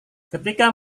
ketika